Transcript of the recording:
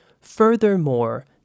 Furthermore